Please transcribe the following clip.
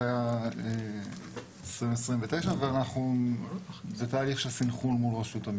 זה היה 2029. זה תהליך של סנכרון מול רשות המיסים.